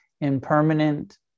impermanent